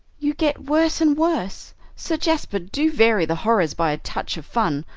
you get worse and worse. sir jasper, do vary the horrors by a touch of fun,